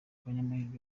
abanyamahirwe